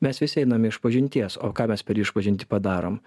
mes vis einame išpažinties o ką mes per išpažintį padarom